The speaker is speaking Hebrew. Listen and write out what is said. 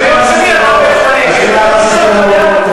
צריכים לחזור כל יום,